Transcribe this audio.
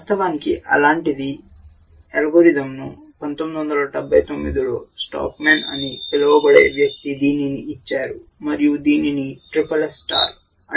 వాస్తవానికి అలాంటి అల్గోరిథంను 1979 లో స్టాక్మన్ అని పిలువబడే వ్యక్తి దినిని ఇచ్చారు మరియు దీనిని SSS SSS స్టార్ అంటారు